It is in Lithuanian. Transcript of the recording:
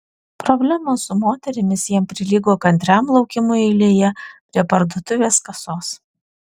problemos su moterimis jam prilygo kantriam laukimui eilėje prie parduotuvės kasos